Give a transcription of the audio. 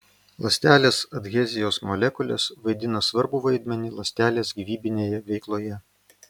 ląstelės adhezijos molekulės vaidina svarbų vaidmenį ląstelės gyvybinėje veikloje